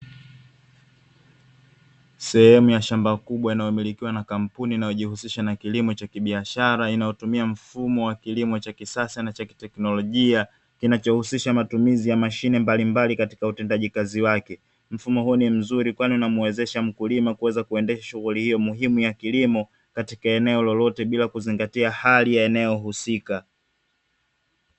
Sehemu ya shamba kubwa inayomilikiwa na kampuni inayojihusisha na kilimo cha kibiashara, inayotumia mfumo wa kilimo cha kisasa na cha kiteknolojia kinachohusisha matumizi ya mashine mbalimbali katika utendaji kazi wake. Mfumo huu ni mzuri kwani unamwezesha mkulima kuweza kuendesha shughuli hiyo muhimu ya kilimo katika eneo lolote bila kuzingatia hali ya eneo husika.